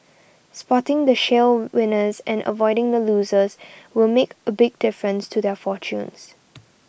spotting the shale winners and avoiding the losers will make a big difference to their fortunes